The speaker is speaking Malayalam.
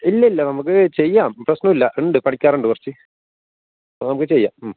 ഇല്ല ഇല്ല നമുക്ക് ചെയ്യാം പ്രശ്നമല്ല ഉണ്ട് പണിക്കാറുണ്ട് കുറച്ച് അപ്പോൾ നമുക്ക് ചെയ്യാം